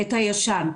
את הישן.